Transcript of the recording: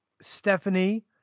Stephanie